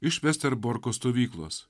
iš vesterborko stovyklos